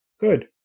Good